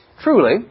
Truly